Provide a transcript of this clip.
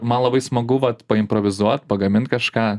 man labai smagu vat improvizuot pagamint kažką